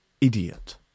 idiot